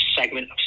segment